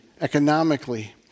economically